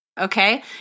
Okay